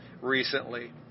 recently